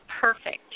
perfect